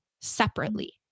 separately